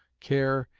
care,